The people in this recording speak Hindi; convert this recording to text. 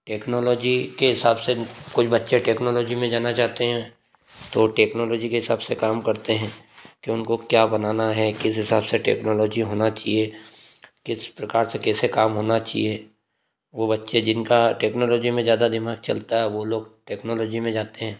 टेक्नोलॉजी के हिसाब से कुछ बच्चे टेक्नोलॉजी में जाना चाहते हैं तो टेक्नोलॉजी के हिसाब से काम करते हैं की उनको क्या बनाना है किस हिसाब से टेक्नोलॉजी होना चाहिए किस प्रकार से कैसे काम होना चाहिए वो बच्चे जिनका टेक्नोलॉजी में ज़्यादा दिमाग चलता है वो लोग टेक्नोलॉजी में जाते हैं